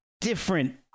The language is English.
different